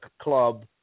club